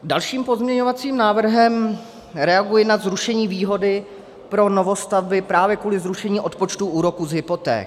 Dalším pozměňovacím návrhem reaguji na zrušení výhody pro novostavby právě kvůli zrušení odpočtů z hypoték.